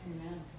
Amen